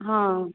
हा